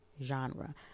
genre